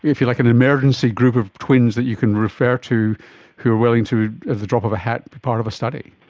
if you like, an emergency group of twins that you can refer to who are willing to, at the drop of a hat, be part of a study.